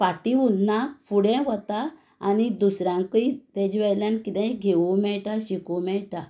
फाटी उरना फुडें वता आनी दुसऱ्यांकूय ताजे वयल्यान कितेंय घेवूं मेळटा शिकूंक मेळटा